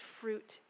fruit